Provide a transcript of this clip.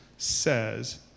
says